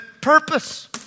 purpose